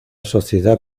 sociedad